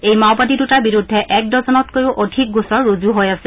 এই মাওবাদী দুটাৰ বিৰুদ্ধে এক ডজনতকৈও অধিক গোচৰ ৰুজু হৈ আছে